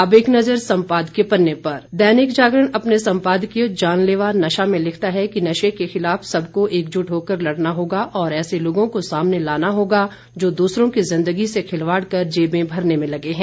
अब एक नज़र सम्पादकीय पन्ने पर दैनिक जागरण अपने सम्पादकीय जानलेवा नशा में लिखता है कि नशे के खिलाफ सबको एकजुट होकर लड़ना होगा और ऐसे लोगों को सामने लाना होगा जो दूसरों की जिन्दगी से खिलवाड़ कर जेबें भरने में लगे हैं